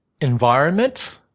environment